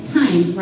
time